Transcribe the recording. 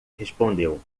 respondeu